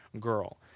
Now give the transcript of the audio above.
girl